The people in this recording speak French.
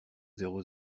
zéro